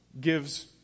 Gives